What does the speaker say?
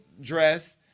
dress